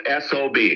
SOB